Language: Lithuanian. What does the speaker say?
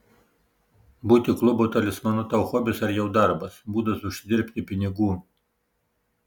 būti klubo talismanu tau hobis ar jau darbas būdas užsidirbti pinigų